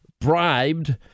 bribed